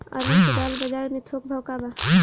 अरहर क दाल बजार में थोक भाव का बा?